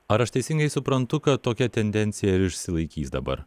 ar aš teisingai suprantu kad tokia tendencija išsilaikys dabar